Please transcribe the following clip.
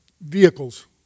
vehicles